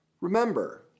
remember